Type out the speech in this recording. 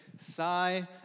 sigh